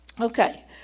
Okay